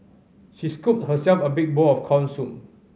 she scooped herself a big bowl of corn soup